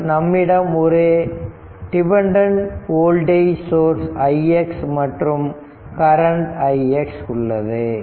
மேலும் நம்மிடம் ஒரு டிபெண்டன்ட் வோல்டேஜ் சோர்ஸ் ix மற்றும் கரண்ட் ix உள்ளது